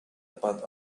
but